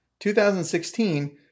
2016